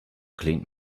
cleaned